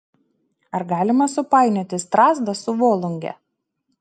ar galima supainioti strazdą su volunge